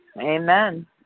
Amen